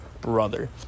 brother